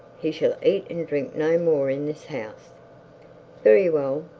he shall eat and drink no more in this house very well.